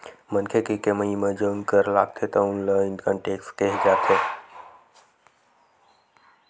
मनखे के कमई म जउन कर लागथे तउन ल इनकम टेक्स केहे जाथे